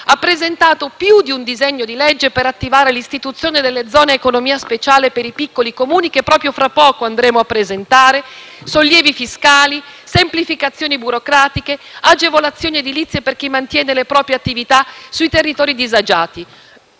fra poco più di un disegno di legge per attivare l'istituzione delle zone a economia speciale per i piccoli Comuni, con sollievi fiscali, semplificazioni burocratiche e agevolazioni edilizie per chi mantiene le proprie attività sui territori disagiati.